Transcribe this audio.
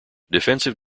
defensive